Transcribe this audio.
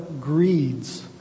greeds